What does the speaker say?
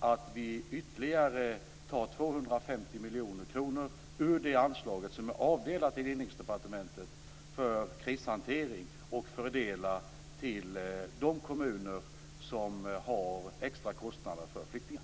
att vi tar ytterligare 250 miljoner kronor ur det anslag som är avdelat till Inrikesdepartementet för krishantering och fördelar till de kommuner som har extra kostnader för flyktingar.